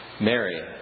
Mary